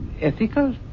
ethical